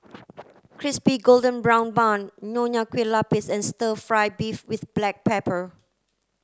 crispy golden brown bun Nonya Kueh Lapis and stir fry beef with black pepper